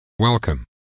Welcome